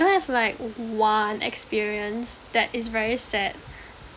don't have like one experience that is very sad